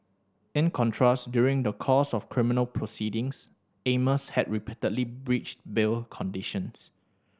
in contrast during the course of criminal proceedings Amos had repeatedly breached bail conditions